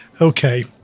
okay